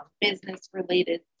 business-related